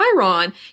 Chiron